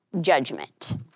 judgment